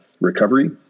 recovery